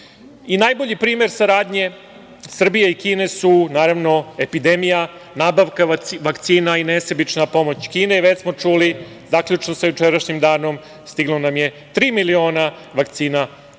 Najbolji primer saradnje Srbije i Kine su naravno epidemija, nabavka vakcina i nesebična pomoć Kine. Već smo čuli, zaključno sa jučerašnjim danom, stiglo nam je tri miliona vakcina